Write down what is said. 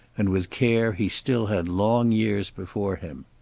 and with care he still had long years before him.